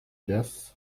yes